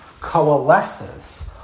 coalesces